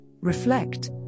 reflect